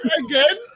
again